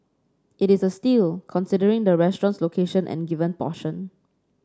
it is a steal considering the restaurant's location and the given portion